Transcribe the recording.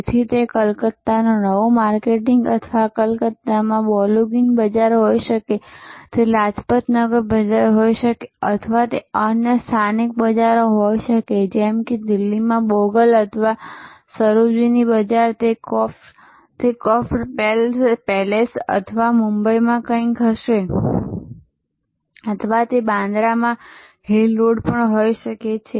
તેથી તે કલકત્તાનુ નવું માર્કેટિંગ અથવા કલકત્તામાં બાલોગુન બજાર હોઈ શકે છે તે લાજપત નગર બજાર હોઈ શકે છે અથવા અન્ય સ્થાનિક બજારો હોઈ શકે છે જેમ કે દિલ્હીમાં બોગલ અથવા સરોજિની બજાર તે ક્રોફર્ડ પેલેસ અથવા મુંબઈમાં કંઈક હશે અથવા તે બાંદ્રા હિલ રોડ હોઈ શકે છે